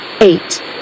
eight